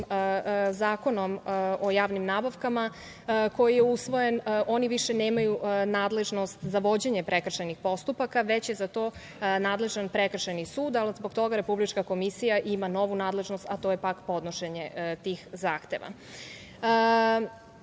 Zakonom o javnim nabavkama, koji je usvojen, oni više nemaju nadležnost za vođenje prekršajnih postupaka, već je za to nadležan prekršajni sud. Zbog toga Republička komisija ima novu nadležnost, a to je podnošenje tih zahteva. Mora